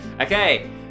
Okay